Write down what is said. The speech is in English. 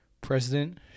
President